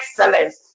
excellence